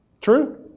True